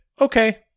okay